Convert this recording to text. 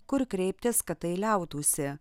kur kreiptis kad tai liautųsi